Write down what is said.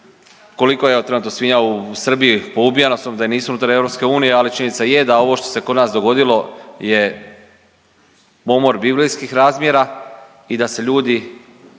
koliko je evo trenutno svinja u Srbiji poubijano s obzirom da nisu unutar EU ali činjenica je da ovo što se kod nas dogodilo je pomor biblijskih razmjera i da se ljudi,